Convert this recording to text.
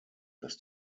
dass